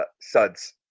suds